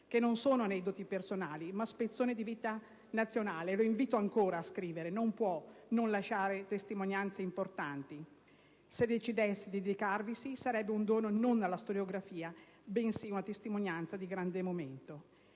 che non sono aneddoti personali, ma spezzoni di vita nazionale. Lo invito ancora a scrivere. Non può non lasciare testimonianze importanti. Se decidesse di dedicarvisi sarebbe non un dono alla storiografia, bensì una testimonianza di grande momento.